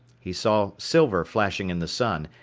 he saw silver flashing in the sun,